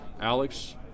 Alex